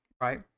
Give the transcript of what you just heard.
right